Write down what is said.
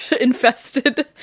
infested